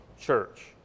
church